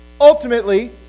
Ultimately